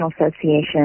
Association